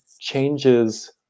changes